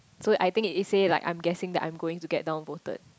so I think it it say like I'm guessing that I'm going to get down voted